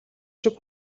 шиг